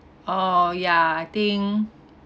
orh yeah I think